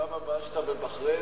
בפעם הבאה שאתה בבחריין,